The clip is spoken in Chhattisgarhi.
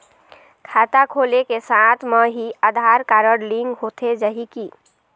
खाता खोले के साथ म ही आधार कारड लिंक होथे जाही की?